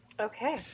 Okay